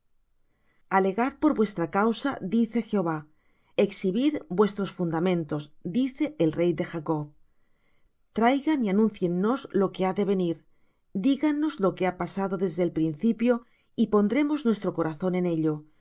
alegad por vuestra causa dice jehová exhibid vuestros fundamentos dice el rey de jacob traigan y anúnciennos lo que ha de venir dígannos lo que ha pasado desde el principio y pondremos nuestro corazón en ello